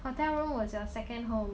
hotel room was your second home